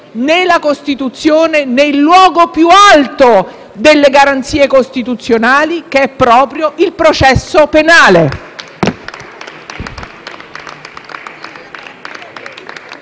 né la Costituzione, né il luogo più alto delle garanzie costituzionali, che è proprio il processo penale.